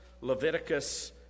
Leviticus